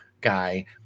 guy